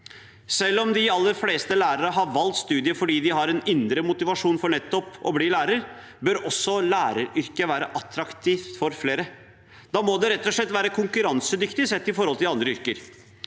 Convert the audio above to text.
Selv om de aller fleste lærere har valgt studiet fordi de har en indre motivasjon for nettopp å bli lærer, bør også læreryrket være attraktivt for flere. Da må det rett og slett være konkurransedyktig sett i forhold til andre yrker.